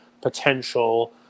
potential